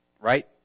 right